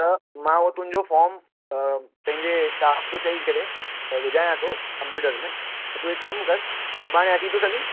त मां उहो तुंहिंजो फॉर्म पैंजे स्टाफ खे चई करे विझायां थो कंप्यूटर में त तूं हिकु कमु करि सुभाणे अची थो सघीं